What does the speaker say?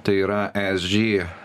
tai yra esg